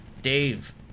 Dave